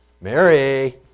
Mary